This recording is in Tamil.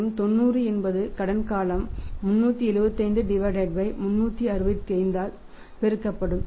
மற்றும் 90 என்பது கடன் காலம் 375365 ஆல் பெருக்கப்படும்